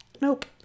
Nope